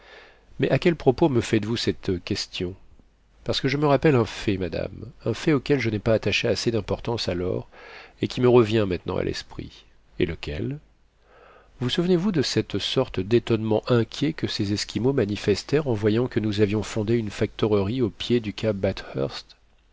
mais à quel propos me faites-vous cette question parce que je me rappelle un fait madame un fait auquel je n'ai pas attaché assez d'importance alors et qui me revient maintenant à l'esprit et lequel vous souvenez-vous de cette sorte d'étonnement inquiet que ces esquimaux manifestèrent en voyant que nous avions fondé une factorerie au pied du cap